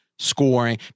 scoring